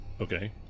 Okay